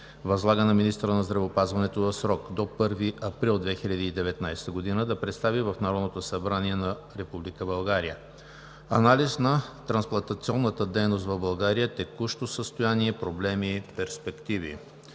Възлага на министъра на здравеопазването в срок до 1 април 2019 г. да представи в Народното събрание на Република България:анализ на трансплантационната дейност в България – текущо състояние, проблеми, перспективи;